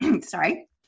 sorry